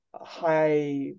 high